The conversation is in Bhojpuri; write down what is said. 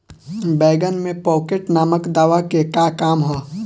बैंगन में पॉकेट नामक दवा के का काम ह?